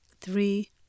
three